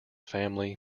family